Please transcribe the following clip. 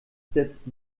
setzt